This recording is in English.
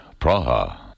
Praha